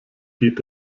geht